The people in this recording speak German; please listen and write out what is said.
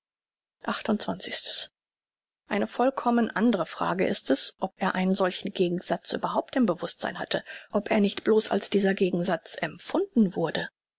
eine vollkommen andre frage ist es ob er einen solchen gegensatz überhaupt im bewußtsein hatte ob er nicht bloß als dieser gegensatz empfunden wurde